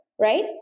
right